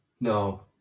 No